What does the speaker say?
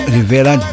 Rivera